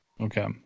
Okay